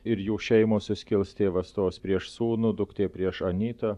ir jų šeimos suskils tėvas stos prieš sūnų duktė prieš anytą